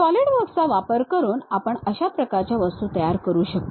Solidworks चा वापर करून आपण अशा प्रकारच्या वस्तू तयार करू शकतो